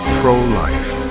pro-life